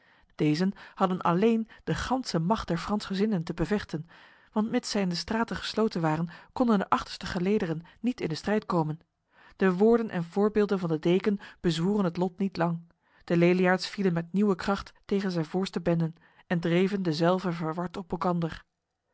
dezen hadden alleen de ganse macht der fransgezinden te bevechten want mits zij in de straten gesloten waren konden de achterste gelederen niet in de strijd komen de woorden en voorbeelden van de deken bezwoeren het lot niet lang de leliaards vielen met nieuwe kracht tegen zijn voorste benden en dreven dezelve verward op elkander